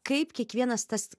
kaip kiekvienas tas